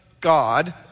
God